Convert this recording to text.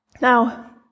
Now